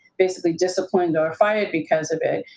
basically, disciplined or fired because of it.